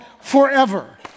forever